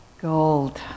Gold